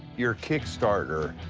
your kick starter,